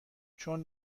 چون